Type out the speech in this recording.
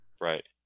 Right